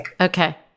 Okay